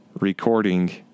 recording